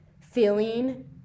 feeling